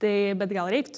tai bet gal reiktų